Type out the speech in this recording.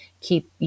keep